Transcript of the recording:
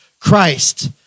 Christ